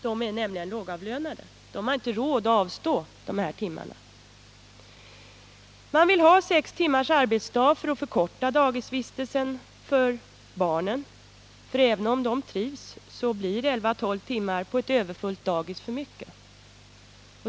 Den är nämligen lågavlönad och har inte råd att avstå från de timmar det gäller. Man vill ha sex timmars arbetsdag för att förkorta daghemsvistelsen för barnen. Även om de trivs, blir elva till tolv timmar på ett överfullt daghem för mycket.